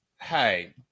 hey